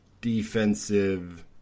defensive